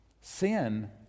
sin